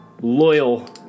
loyal